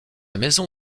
maison